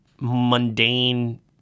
mundane